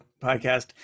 podcast